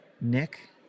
Nick